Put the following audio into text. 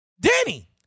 Danny